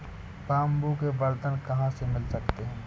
Bamboo के बर्तन कहाँ से मिल सकते हैं?